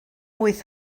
wyth